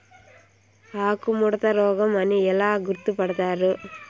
ఆకుముడత రోగం అని ఎలా గుర్తుపడతారు?